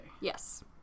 Yes